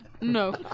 No